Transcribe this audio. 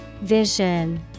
Vision